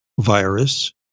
virus